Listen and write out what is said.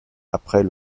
après